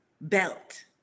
belt